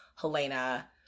Helena